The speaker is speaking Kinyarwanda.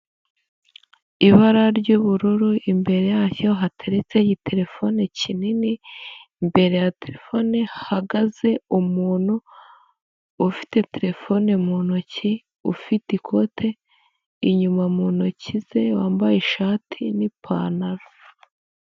Ibara ry'ubururu imbere yaryo hateretseho igitelefone kinini, imbere ya telefone hahagaze umuntu ufite terefone mu ntoki, ufite ikote inyuma mu ntoki ze, wambaye ishati n'ipantaro.